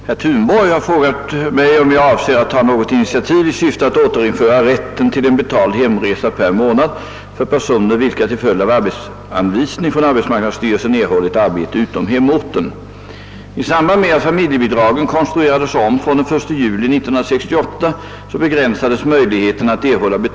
Herr talman! Herr Thunborg har frågat mig, om jag avser att ta något initiativ i syfte att återinföra rätten till en betald hemresa per månad för personer, vilka till följd av arbetsanvisning från arbetsmarknadsstyrelsen erhållit arbete utom hemorten.